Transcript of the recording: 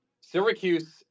Syracuse